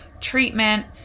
treatment